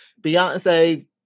Beyonce